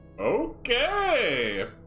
Okay